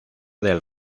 del